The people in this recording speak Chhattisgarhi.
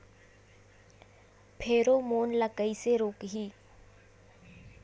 फेरोमोन ला कइसे रोकही?